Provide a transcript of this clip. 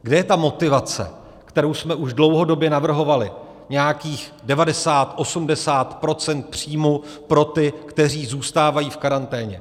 Kde je motivace, kterou jsme už dlouhodobě navrhovali, nějakých 90, 80 % příjmu pro ty, kteří zůstávají v karanténě?